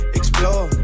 explore